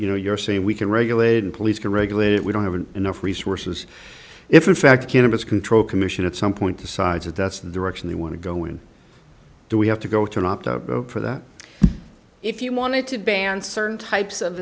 you know you're saying we can regulate and police can regulate it we don't have enough resources if in fact cannabis control commission at some point decides that that's the direction they want to go in do we have to go to an opt out for that if you wanted to ban certain types of